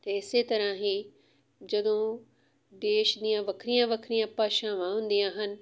ਅਤੇ ਇਸ ਤਰ੍ਹਾਂ ਹੀ ਜਦੋਂ ਦੇਸ਼ ਦੀਆਂ ਵੱਖਰੀਆਂ ਵੱਖਰੀਆਂ ਭਾਸ਼ਾਵਾਂ ਹੁੰਦੀਆਂ ਹਨ